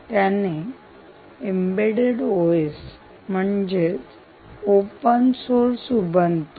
त्याने embedded OS म्हणजेच open source Ubuntu